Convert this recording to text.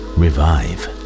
revive